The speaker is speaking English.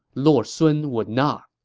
lord sun would not.